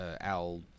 Al